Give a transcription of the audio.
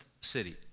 City